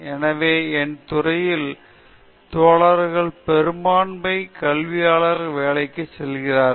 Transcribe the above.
எனவே என் துறையில் தோழர்களே பெரும்பான்மை கல்வியாளர் வேலைக்கு செல்கிறார்கள்